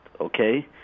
okay